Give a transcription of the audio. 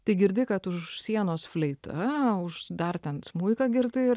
tai girdi kad už sienos fleita o už dar ten smuiką girdi ir